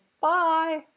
bye